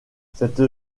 cette